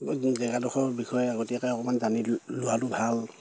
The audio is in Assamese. জেগাডোখৰ বিষয়ে আগতীয়াকে অকণমান জানি লোৱাটো ভাল